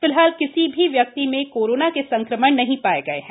फिलहाल किसी भी व्यक्ति में कोरोना संक्रमण नहीं ाया गया है